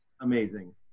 amazing